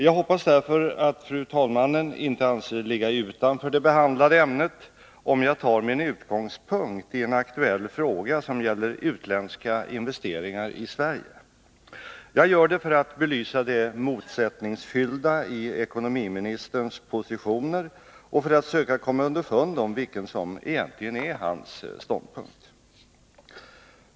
Jag hoppas därför att fru talmannen inte anser det ligga utanför det behandlade ämnet om jag tar min utgångspunkt i en aktuell fråga, som gäller utländska investeringar i Sverige. Jag gör det för att belysa det motsättningsfyllda i ekonomiministerns positioner och för att söka komma underfund med vilken som egentligen är hans ståndpunkt.